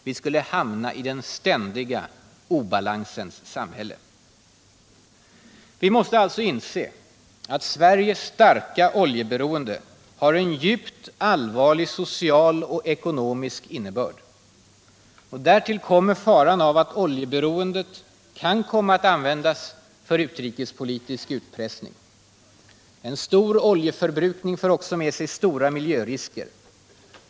Vi skulle hamna i den ständiga obalansens samhälle. Vi måste alltså inse att Sveriges starka oljeberoende har en djupt allvarlig social och ekonomisk innebörd. Därtill kommer faran av att oljeberoendet kan komma att användas för utrikespolitisk utpressning. En stor oljeförbrukning för också med sig stora miljörisker.